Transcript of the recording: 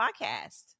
Podcast